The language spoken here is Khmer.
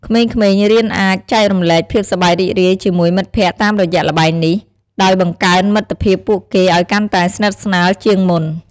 ក្មេងៗរៀនអាចចែករំលែកភាពសប្បាយរីករាយជាមួយមិត្តភក្តិតាមរយៈល្បែងនេះ ដោយបង្កើនមិត្តភាពពួកគេឲ្យកាន់តែស្និតស្នាលជាងមុន។